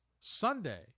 Sunday